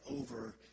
over